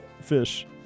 fish